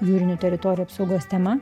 jūrinių teritorijų apsaugos tema